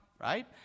right